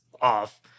off